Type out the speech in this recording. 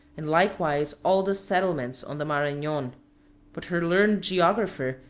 and likewise all the settlements on the maranon but her learned geographer,